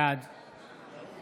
בעד